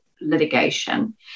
litigation